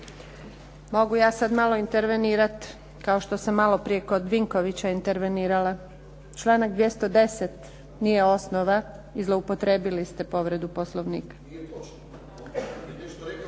Mogu ja sad malo intervenirat, kao što sam maloprije kod Vinkovića intervenirala. Članak 210. nije osnova i zloupotrijebili ste povredu Poslovnika.